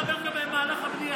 אני לא מדבר על מהלך הבנייה.